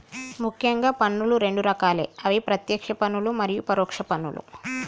ముఖ్యంగా పన్నులు రెండు రకాలే అవి ప్రత్యేక్ష పన్నులు మరియు పరోక్ష పన్నులు